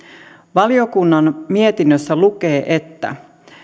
valiokunnan mietinnössä lukee